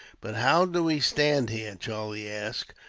but how do we stand here? charlie asked.